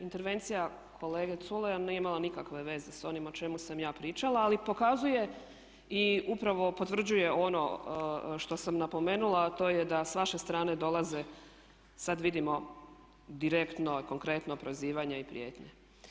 Intervencija kolege Culeja nije imala nikakve veze s onim o čemu sam ja pričala ali pokazuje i upravo potvrđuje ono što sam napomenula, a to je da s vaše strane dolaze sad vidimo direktno, konkretno prozivanje i prijetnje.